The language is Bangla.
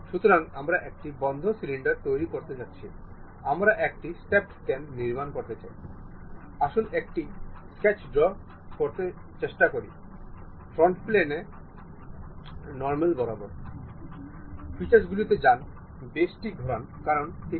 সুতরাং আমরা এই ক্র্যাংকশ্যাফটটি মোটর দ্বারা ঘোরানো চাই